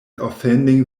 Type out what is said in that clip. offending